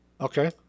Okay